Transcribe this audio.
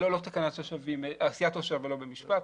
לא, לא תקנת השבים, עשיית עושר ולא במשפט.